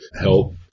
help